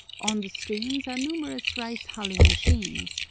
on the streams are numerous rice-hulling machines,